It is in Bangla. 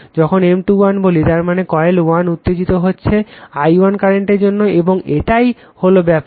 যখন M 2 1 বলি তার মানে কয়েল 1 উত্তেজিত হচ্ছে i 1 কারেন্টের জন্য এবং এটাই হল ব্যাপার